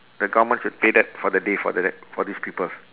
the government should pay that for the day for the that for these people